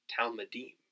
Talmudim